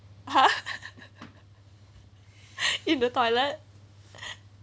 in the toilet